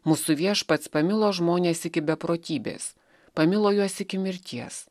mūsų viešpats pamilo žmones iki beprotybės pamilo juos iki mirties